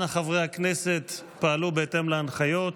אנא, חברי הכנסת, פעלו בהתאם להנחיות.